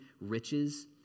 riches